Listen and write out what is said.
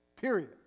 Period